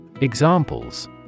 Examples